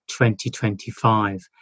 2025